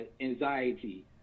Anxiety